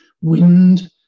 Wind